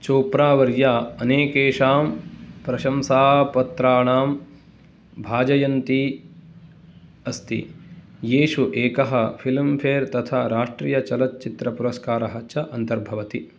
चोप्रा वर्या अनेकेषां प्रशंसापत्राणां भाजयन्ती अस्ति येषु एकः फिलम् फेर् तथा राष्ट्रियचलच्चित्रपुरस्कारः च अन्तर्भवति